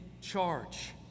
charge